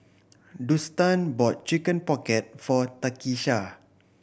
Dustan bought Chicken Pocket for Takisha